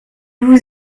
vous